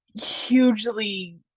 hugely